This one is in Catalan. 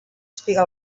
espiga